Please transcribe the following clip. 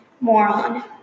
Moron